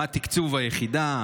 1. מה תקציב היחידה?